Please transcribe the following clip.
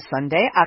Sunday